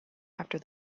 after